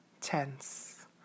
tense